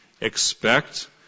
expect